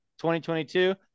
2022